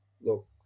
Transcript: look